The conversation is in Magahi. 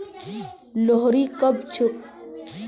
लोहड़ी कब छेक